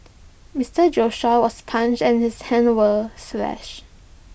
Mister Joshua was punched and his hands were slashed